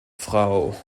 frau